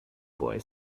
boy